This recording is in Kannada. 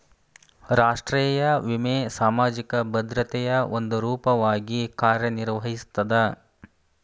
ರಾಷ್ಟ್ರೇಯ ವಿಮೆ ಸಾಮಾಜಿಕ ಭದ್ರತೆಯ ಒಂದ ರೂಪವಾಗಿ ಕಾರ್ಯನಿರ್ವಹಿಸ್ತದ